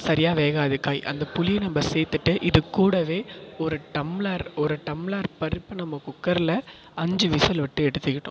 சரியாக வேகாது காய் அந்த புளி நம்ம சேர்த்துட்டு இது கூடவே ஒரு டம்ளர் ஒரு டம்ளர் பருப்பை நம்ம குக்கரில் அஞ்சு விசில் விட்டு எடுத்துக்கிட்டோம்